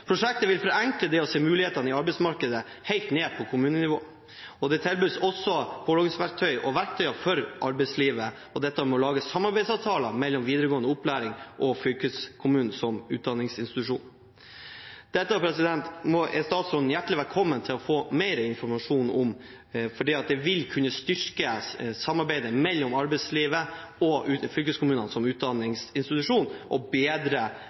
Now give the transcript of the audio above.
Prosjektet vil forenkle det å se mulighetene i arbeidsmarkedet helt nede på kommunenivå. Det tilbys også påloggingsverktøy og verktøy for arbeidslivet for dette med å lage samarbeidsavtaler mellom videregående opplæring og fylkeskommunen som utdanningsinstitusjon. Dette er statsråden hjertelig velkommen til å få mer informasjon om, for det vil kunne styrke samarbeidet mellom arbeidslivet og fylkeskommunen som utdanningsinstitusjon og bedre